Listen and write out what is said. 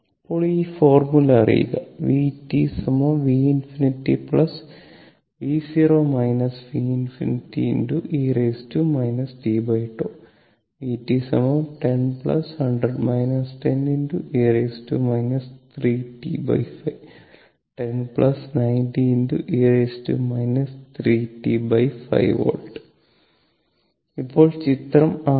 ഇപ്പോൾഈ formula അറിയുക V V∞ V V∞e t V 10 e 3t5 1090e 3t5 volt ഇപ്പോൾ ചിത്രം 6